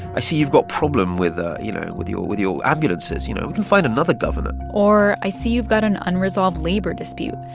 i see you've got a problem with, ah you know, with your with your ambulances. you know, we can find another governor or, i see you've got an unresolved labor dispute.